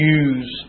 use